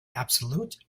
absolute